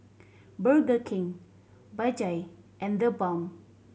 Burger King Bajaj and TheBalm